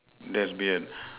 there's beard